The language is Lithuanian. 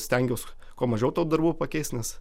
stengiaus kuo mažiau tuo darbų pakeist nes